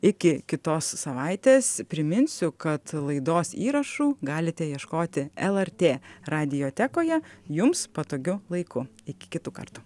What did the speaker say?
iki kitos savaitės priminsiu kad laidos įrašų galite ieškoti lrt radiotekoje jums patogiu laiku iki kitų kartų